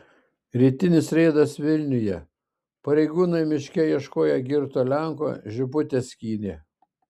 rytinis reidas vilniuje pareigūnai miške ieškoję girto lenko žibutes skynė